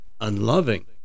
unloving